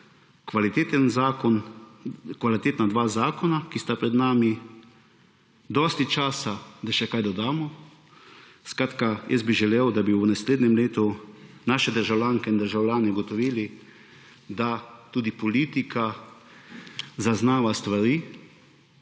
kvalitetna zakona, ki sta pred nami, dosti časa, da še kaj dodamo, skratka, jaz bi želel, da bi v naslednjem letu naše državljanke in državljani ugotovili, da tudi politika zaznava stvari,